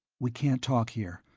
we can't talk here.